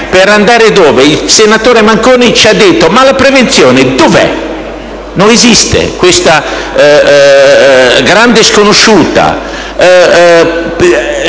Per andare dove? Il senatore Manconi chiedeva dove fosse la prevenzione. Non esiste, questa grande sconosciuta.